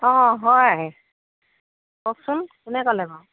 অঁ হয় কওকচোন কোনে ক'লে বাৰু